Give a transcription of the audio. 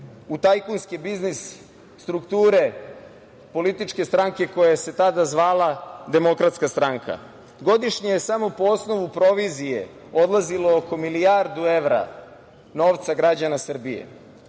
u tajkunski biznis strukture političke stranke koja se tada zvala Demokratska stranka. Godišnje je samo po osnovu provizije odlazilo oko milijardu evra novca građana Srbije. Svi